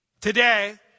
today